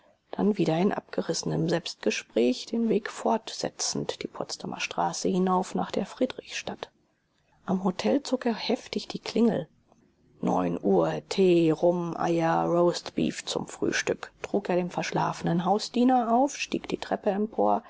dann wieder in abgerissenem selbstgespräch den weg fortsetzend die potsdamer straße hinauf nach der friedrichstadt am hotel zog er heftig die klingel neun uhr tee rum eier roastbeef zum frühstück trug er dem verschlafenen hausdiener auf stieg die treppe empor